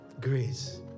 Grace